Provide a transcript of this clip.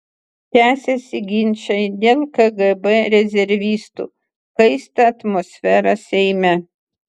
tęsiasi ginčai dėl kgb rezervistų kaista atmosfera seime